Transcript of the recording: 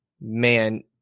man